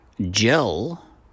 gel